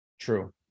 True